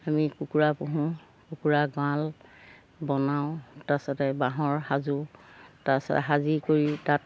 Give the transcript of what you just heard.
আমি কুকুৰা পুহোঁ কুকুৰা গঁড়াল বনাওঁ তাৰপিছতে বাঁহৰ সাজোঁ তাৰপিছত সাজি কৰি তাত